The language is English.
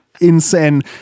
insane